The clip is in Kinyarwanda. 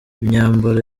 imyambaro